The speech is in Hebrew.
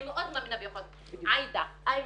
אני מאוד מאמינה ביכולת, עאידה, איימן,